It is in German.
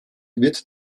wird